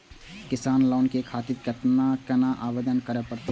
किसान लोन के खातिर केना आवेदन करें परतें?